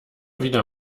wieder